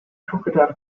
crocodile